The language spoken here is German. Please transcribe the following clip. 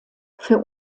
für